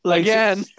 again